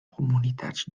comunitats